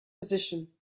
position